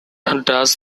does